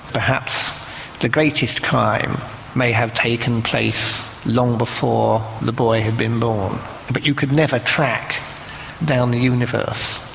perhaps the greatest crime may have taken place long before the boy had been born but you could never track down the universe.